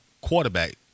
quarterback